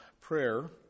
prayer